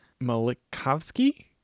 Malikovsky